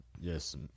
yes